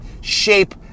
shape